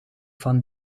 van